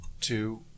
two